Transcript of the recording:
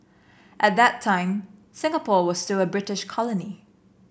at that time Singapore was still a British colony